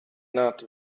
not